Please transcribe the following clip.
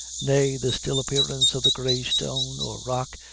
nay, the still appearance of the grey stone, or rock,